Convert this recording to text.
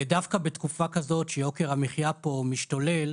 דווקא בתקופה כזאת שיוקר המחייה פה הוא משתולל,